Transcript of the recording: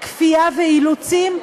כפייה ואילוצים,